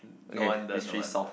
no wonder no wonder